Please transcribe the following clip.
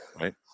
Right